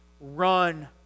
Run